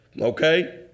Okay